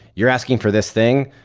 you're asking for this thing?